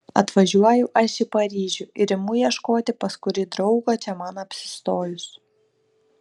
atvažiuoju aš į paryžių ir imu ieškoti pas kurį draugą čia man apsistojus